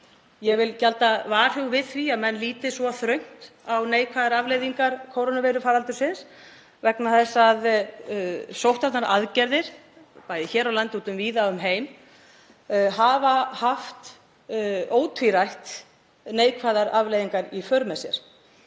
Ég geld varhuga við því að menn líti svo þröngt á neikvæðar afleiðingar kórónuveirufaraldursins vegna þess að sóttvarnaaðgerðir, bæði hér á landi og víða um heim, hafa ótvírætt haft neikvæðar afleiðingar í för með sér.